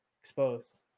exposed